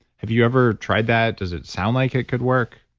have you ever tried that? does it sound like it could work?